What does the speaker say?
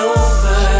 over